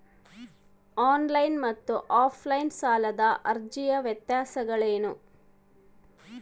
On line ಮತ್ತು offline ಸಾಲದ ಅರ್ಜಿಯ ವ್ಯತ್ಯಾಸಗಳೇನು?